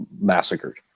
massacred